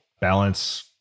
balance